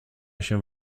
się